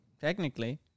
technically